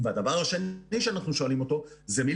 והדבר השני שאנחנו שואלים אותו הוא: מי,